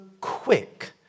quick